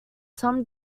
some